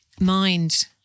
mind